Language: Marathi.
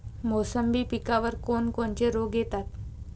मोसंबी पिकावर कोन कोनचे रोग येतात?